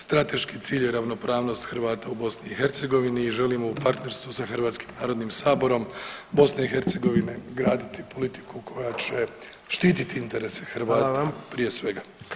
Strateški cilj je ravnopravnost Hrvata u BiH i želimo u partnerstvu sa Hrvatskim narodnim saborom BiH graditi politiku koja će štititi interese Hrvata prije svega.